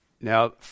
Now